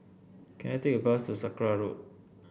can I take a bus to Sakra Road